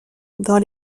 dans